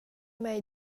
mei